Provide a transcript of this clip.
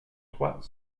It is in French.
trois